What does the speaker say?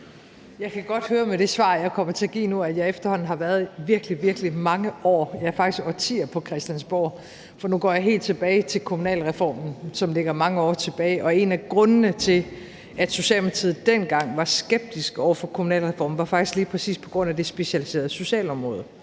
Jeg kan med det svar, jeg kommer til at give nu, høre, at jeg efterhånden har været virkelig, virkelig mange år, ja, faktisk årtier på, på Christiansborg. Nu går jeg helt tilbage til kommunalreformen, som ligger mange år tilbage, og en af grundene til, at Socialdemokratiet dengang var skeptisk over for kommunalreformen, var faktisk lige præcis det specialiserede socialområde.